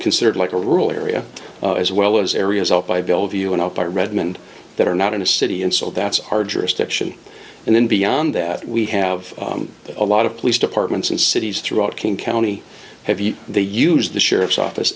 considered like a rural area as well as areas up by bellevue and up at redmond that are not in the city and so that's our jurisdiction and then beyond that we have a lot of police departments in cities throughout king county heavy they use the sheriff's office